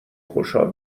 خوشحال